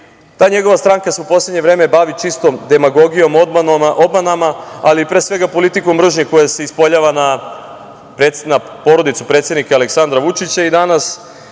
Ta njegova stranka se u poslednje vreme bavi čistom demagogijom, obmanama, ali pre svega, politikom mržnje koja se ispoljava na porodicu predsednika Aleksandra Vučića i danas,